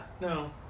no